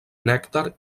nèctar